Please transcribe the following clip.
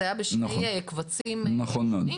זה היה בשני קבצים שונים.